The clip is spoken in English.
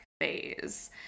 phase